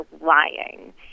lying